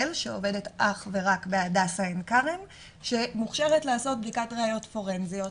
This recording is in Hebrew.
שעובדת אך ורק בהדסה עין כרם שמוכשרת לעשות בדיקת ראיות פורנזיות.